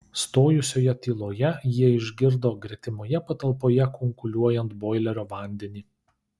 stojusioje tyloje jie išgirdo gretimoje patalpoje kunkuliuojant boilerio vandenį